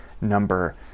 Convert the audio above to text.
number